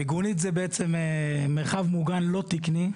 מיגונית זה בעצם מרחב מוגן לא תקני,